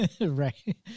right